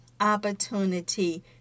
opportunity